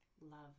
love